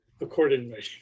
accordingly